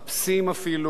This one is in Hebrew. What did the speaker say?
מחפשים חסות.